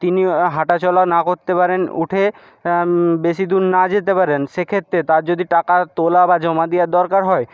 তিনি হাঁটাচলা না করতে পারেন উঠে বেশি দূর না যেতে পারেন সেক্ষেত্রে তার যদি টাকা তোলা বা জমা দেওয়ার দরকার হয়